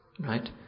Right